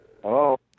Hello